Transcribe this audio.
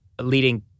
leading